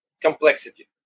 complexity